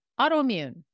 autoimmune